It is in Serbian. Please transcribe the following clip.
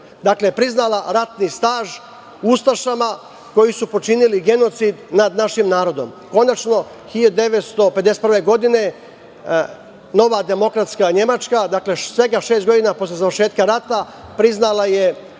dakle, priznala ratni staž ustašama koji su počinili genocid nad našim narodom. Konačno, 1951. godine nova demokratska Nemačka, dakle, svega šest godina posle završetka rata, priznala je